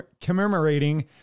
commemorating